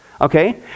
Okay